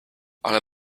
ale